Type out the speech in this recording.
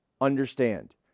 understand